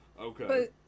Okay